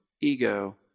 ego